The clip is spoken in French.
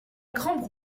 grand